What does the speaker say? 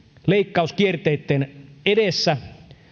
leikkauskierteitten edessä